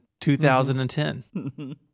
2010